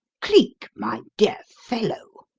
cleek, my dear fellow,